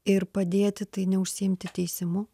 ir padėti tai neužsiimti teisimu